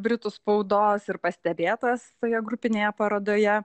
britų spaudos ir pastebėtas toje grupinėje parodoje